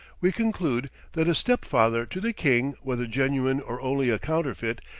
we conclude that a step-father to the king, whether genuine or only a counterfeit,